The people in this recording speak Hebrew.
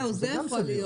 זה יכול להיות.